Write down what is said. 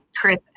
Chris